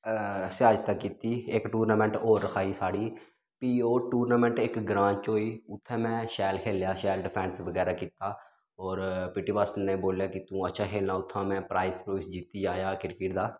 सहायता कीती इक टूर्नामेंट होर रखाई साढ़ी फ्ही ओह् टूर्नामेंट इक ग्रांऽ च होई उत्थैं में शैल खेलेआ शैल डिफैंस बगैरा कीता होर पी टी मास्टर ने बोलेआ तूं अच्छा खेलना उत्थां में प्राइज प्रुइज जित्तियै आया क्रिकेट दा